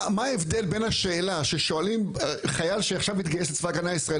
מה ההבדל בין השאלה ששואלים חייל שעכשיו התגייס לצבא הגנה ישראל,